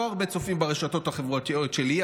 לא הרבה צופים ברשתות החברתיות שלי,